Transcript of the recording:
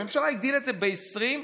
הממשלה הגדילה את זה ב-23%.